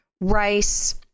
rice